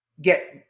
get